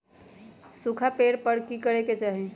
सूखा पड़े पर की करे के चाहि